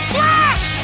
Slash